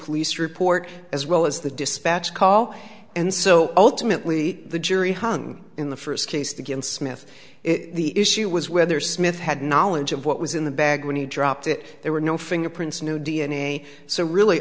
police report as well as the dispatch call and so ultimately the jury hung in the first case against smith the issue was whether smith had knowledge of what was in the bag when he dropped it there were no fingerprints no d n a so really